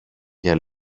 για